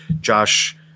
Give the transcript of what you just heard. Josh